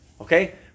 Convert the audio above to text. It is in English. Okay